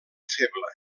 feble